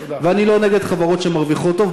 ואני לא נגד חברות שמרוויחות טוב,